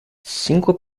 cinco